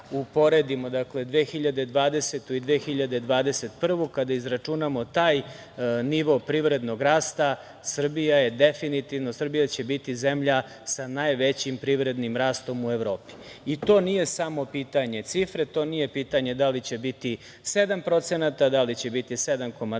uporedimo 2020. i 2021. godinu, kada izračunamo taj nivo privrednog rasta, Srbija je definitivno, Srbija će biti zemlja sa najvećim privrednim rastom u Evropi. To nije samo pitanje cifre, to nije pitanje da li će biti 7%, da li će biti 7,2%.